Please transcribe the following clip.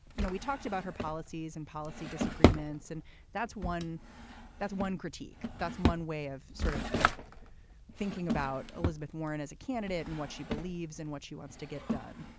you know we talked about her policies and policy disagreements and that's one that's one critique that's one way of sort of thinking about elizabeth warren as a candidate and what she believes in what she wants to get done.